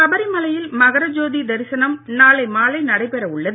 சபரிமலையில் மகரஜோதி தரிசனம் நாளை மாலை நடைபெற உள்ளது